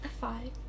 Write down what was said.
five